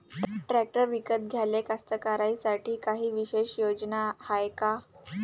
Tractor विकत घ्याले कास्तकाराइसाठी कायी विशेष योजना हाय का?